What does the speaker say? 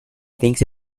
thinks